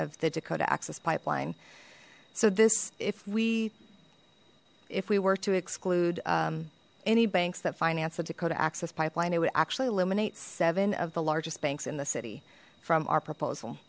of the dakota access pipeline so this if we if we were to exclude any banks that find the dakota access pipeline it would actually eliminate seven of the largest banks in the city from our proposal